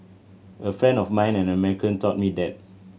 a friend of mine an American taught me that